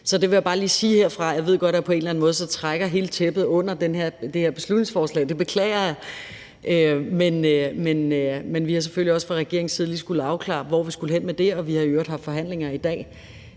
Det vil jeg bare lige sige herfra. Jeg ved godt, at på en eller anden måde trækker jeg hele tæppet væk under det her beslutningsforslag. Det beklager jeg, men vi har selvfølgelig også fra regeringens side lige skullet afklare, hvor vi skulle hen med det, og vi har i øvrigt haft forhandlinger i dag,